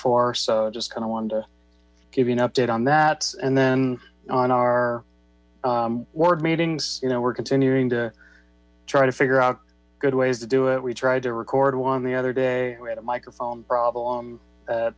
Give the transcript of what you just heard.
for so just kind of want to give an update on that and then on our board meetings you know we're continuing to try to figure good ways to do it we tried to record one the other day we had microphone problem